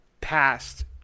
past